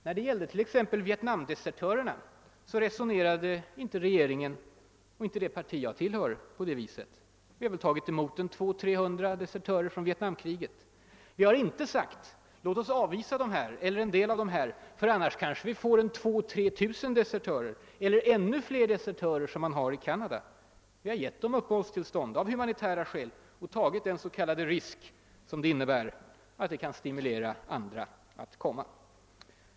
När det gällde Vietnamdesertörerna resonerade varken regeringen eller det parti jag tillhör på det sättet. Vi har tagit emot 200—300 desertörer. Vi har inte sagt: Låt oss avvisa en del av dessa, annars kanske vi får hit 2 000— 3000 eller ännu fler desertörer, som man har fått i Kanada. Av humanitära skäl har vi givit dem uppehållstillstånd och tagit den s.k. risken att det kan stimulera andra att komma hit.